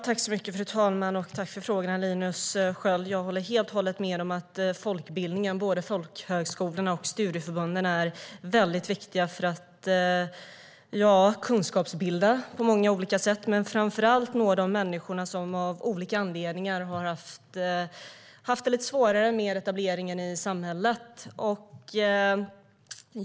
Fru talman! Tack för frågan, Linus Sköld! Jag håller helt och hållet med om att folkbildningen, både folkhögskolorna och studieförbunden, är väldigt viktiga för att kunskapsbilda på många olika sätt men framför allt för att nå de människor som av olika anledningar har haft det lite svårare med etableringen i samhället.